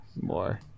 more